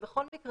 בכל אופן,